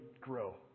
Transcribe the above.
grow